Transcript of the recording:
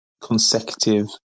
consecutive